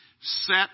set